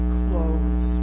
close